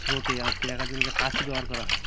স্রোতে আটকে রাখার জন্য যে কাছি ব্যবহার করা হয়